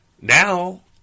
Now